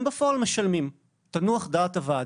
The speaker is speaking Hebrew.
בפועל הם משלמים, תנוח דעת הוועדה.